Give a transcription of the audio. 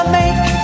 make